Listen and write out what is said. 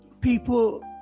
people